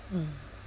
mm